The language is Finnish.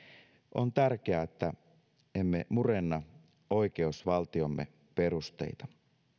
on tärkeää että emme murenna oikeusvaltiomme perusteita